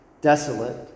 desolate